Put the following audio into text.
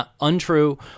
untrue